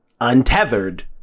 untethered